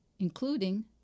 including